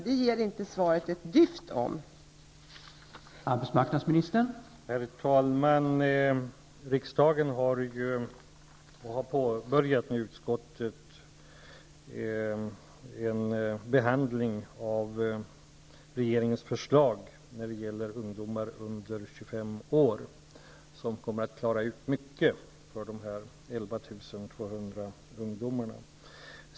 Det sägs inte ett dyft om det i svaret.